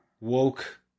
woke